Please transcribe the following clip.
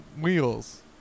wheels